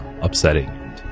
upsetting